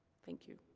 thank you.